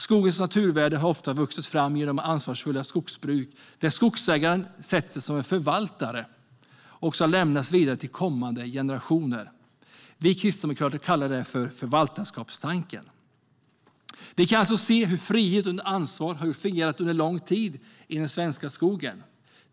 Skogens naturvärden har ofta vuxit fram genom ett ansvarsfullt skogsbruk där skogsägaren sett sig som en förvaltare som ska lämna skogen vidare till kommande generationer. Vi kristdemokrater kallar det för förvaltarskapstanken. Vi kan alltså se hur frihet under ansvar har fungerat under lång tid i den svenska skogen.